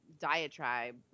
diatribe